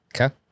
Okay